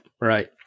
right